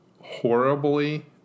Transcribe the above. horribly